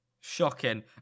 shocking